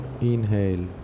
Inhale